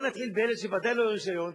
בואו נתחיל באלה שוודאי לא יהיה להם רשיון,